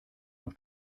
noch